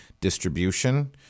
distribution